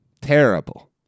Terrible